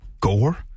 gore